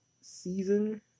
season